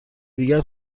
دیگر